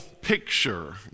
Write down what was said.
picture